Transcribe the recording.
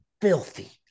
Filthy